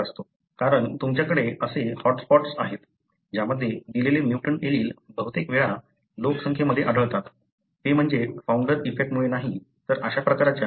कारण तुमच्याकडे असे हॉट स्पॉट्स आहेत ज्यामध्ये दिलेले म्युटंट एलील बहुतेक वेळा लोकसंख्येमध्ये आढळतात ते म्हणजे फाऊंडर इफेक्टमुळे नाही तर अशा प्रकारच्या बदलांमुळे